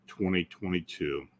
2022